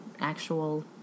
actual